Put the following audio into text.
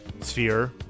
sphere